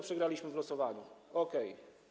przegraliśmy w losowaniu, okej.